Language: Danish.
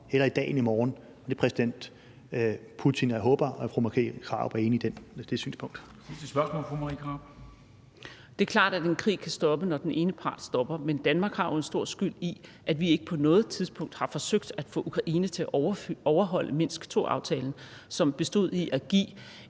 Formanden (Henrik Dam Kristensen): Fru Marie Krarup for sit sidste spørgsmål. Kl. 13:13 Marie Krarup (UFG): Det er klart, at en krig kan stoppe, når den ene part stopper, men Danmark har jo en stor skyld i, at vi ikke på noget tidspunkt har forsøgt at få Ukraine til at overholde Minsk II-aftalen, som bestod i at give